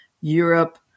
Europe